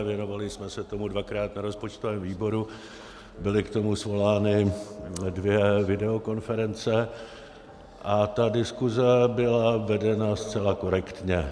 Věnovali jsme se tomu dvakrát na rozpočtovém výboru, byly k tomu svolány dvě videokonference a ta diskuze byla vedena zcela korektně.